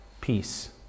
peace